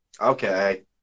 Okay